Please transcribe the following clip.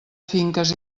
finques